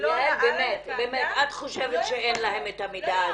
--- יעל באמת, את חושבת שאין להם את המידע הזה?